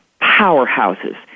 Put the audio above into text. powerhouses